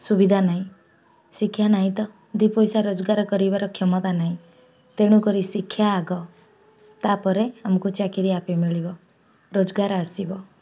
ସୁବିଧା ନାହିଁ ଶିକ୍ଷା ନାହିଁ ତ ଦୁଇ ପଇସା ରୋଜଗାର କରିବାର କ୍ଷମତା ନାହିଁ ତେଣୁକରି ଶିକ୍ଷା ଆଗ ତା'ପରେ ଆମକୁ ଚାକିରୀ ଆପେ ମିଳିବ ରୋଜଗାର ଆସିବ